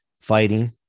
fighting